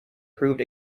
proved